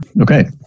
Okay